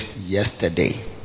yesterday